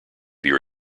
your